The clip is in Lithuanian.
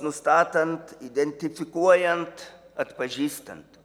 nustatant identifikuojant atpažįstant